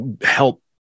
help